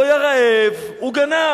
הוא היה רעב, הוא גנב.